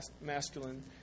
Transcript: masculine